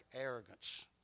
arrogance